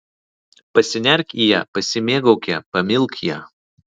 pasinerk į ją pasimėgauk ja pamilk ją